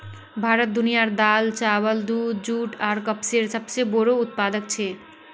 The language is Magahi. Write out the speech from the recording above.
भारत दुनियार दाल, चावल, दूध, जुट आर कपसेर सबसे बोड़ो उत्पादक छे